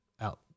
out